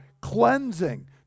cleansing